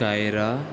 Kiara